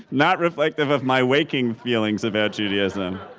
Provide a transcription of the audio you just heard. not reflective of my waking feelings about judaism.